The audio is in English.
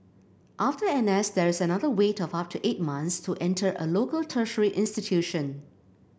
after N S there is another wait of up to eight months to enter a local tertiary institution